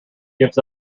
gives